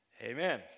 Amen